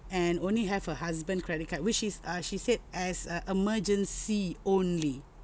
and only have her husband credit card which is uh she said as uh emergency only